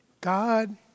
God